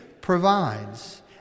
provides